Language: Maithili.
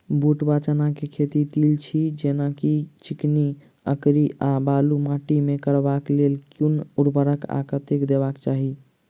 बूट वा चना केँ खेती, तेल छी जेना की चिकनी, अंकरी आ बालू माटि मे करबाक लेल केँ कुन उर्वरक आ कतेक देबाक चाहि?